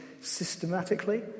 systematically